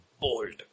bold